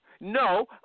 No